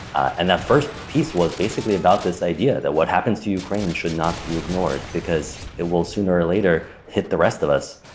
and that first piece was basically about this idea that what happens to ukraine should not be ignored because it will sooner or later hit the rest of us.